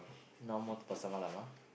now more to Pasar Malam ah